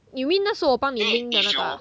you mean 那时候我帮你 link 的那个 ah